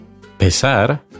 Pesar